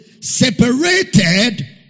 Separated